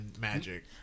magic